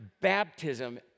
baptism